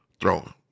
throwing